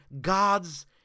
God's